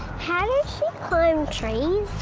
how does she climb trees?